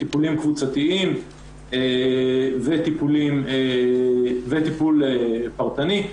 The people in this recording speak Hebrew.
טיפולים קבוצתיים וטיפול פרטני.